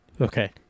Okay